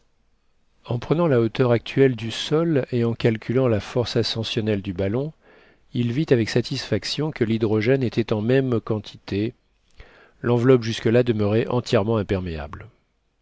en prenant la hauteur actuelle du sol et en calculant la force ascensionnelle du ballon il vit avec satisfaction que l'hydrogène était en même quantité lenveloppe jusque-là demeurait entièrement imperméable